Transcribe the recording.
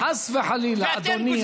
חס וחלילה, אדוני.